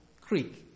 creek